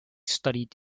studied